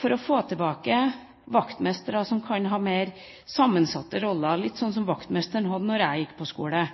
for å få tilbake vaktmestre som kan ha mer sammensatte roller, litt sånn som vaktmesteren hadde da jeg gikk på skolen.